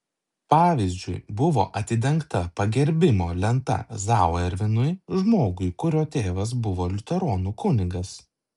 pavyzdžiui buvo atidengta pagerbimo lenta zauerveinui žmogui kurio tėvas buvo liuteronų kunigas